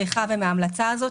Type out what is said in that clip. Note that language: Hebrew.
מן ההמלצה הזאת,